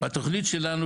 התוכנית שלנו,